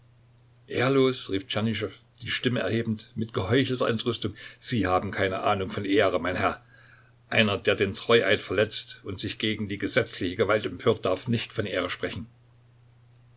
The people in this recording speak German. ehrlos rief tschernyschow die stimme erhebend mit geheuchelter entrüstung sie haben keine ahnung von ehre mein herr einer der den treueid verletzt und sich gegen die gesetzliche gewalt empört darf nicht von ehre sprechen